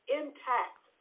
intact